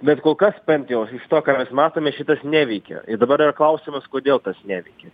bet kol kas bent jau iš to ką mes matome šitas neveikia ir dabar yra klausimas kodėl tas neveikia